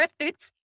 right